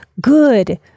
good